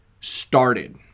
started